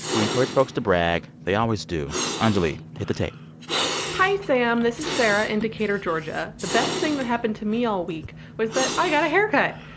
we encourage folks to brag. they always do. anjuli, hit the tape hi, sam. this is sara in decatur, ga. the best thing that happened to me all week was that i got a haircut.